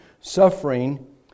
suffering